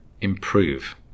improve